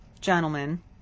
gentlemen